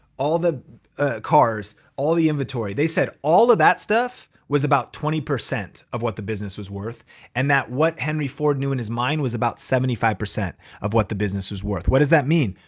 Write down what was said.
all the ah cars, all the inventory, they said all of that stuff was about twenty percent of what the business was worth and that what henry ford knew in his mind was about seventy five percent of what the business was worth. what does that mean?